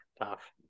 tough